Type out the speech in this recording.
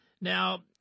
Now